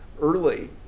early